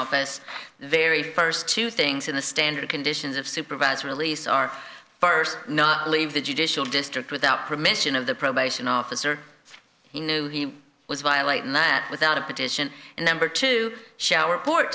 the very first two things in the standard conditions of supervised release are first not leave the judicial district without permission of the probation officer he knew he was violating that without a petition and number two sh